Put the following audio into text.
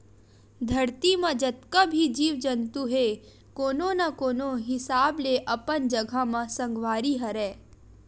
धरती म जतका भी जीव जंतु हे कोनो न कोनो हिसाब ले अपन जघा म संगवारी हरय